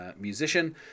musician